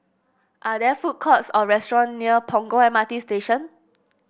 are there food courts or restaurant near Punggol M R T Station